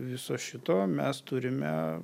viso šito mes turime